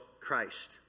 Christ